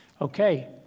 Okay